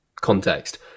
context